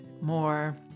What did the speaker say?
more